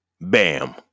Bam